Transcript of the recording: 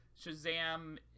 shazam